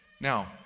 Now